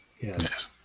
Yes